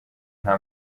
nta